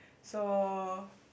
so